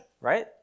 right